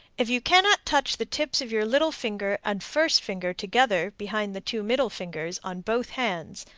if you cannot touch the tips of your little finger and first finger together behind the two middle fingers, on both hands,